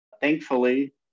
Thankfully